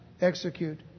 execute